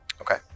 Okay